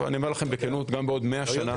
גם בעוד מאה שנה